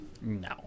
No